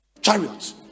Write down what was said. chariot